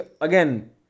again